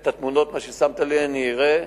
את התמונות, מה ששמת לי, אני אראה,